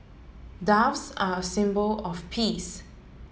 doves are a symbol of peace